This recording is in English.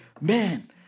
man